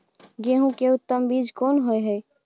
गेहूं के उत्तम बीज कोन होय है?